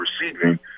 receiving